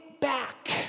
back